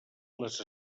les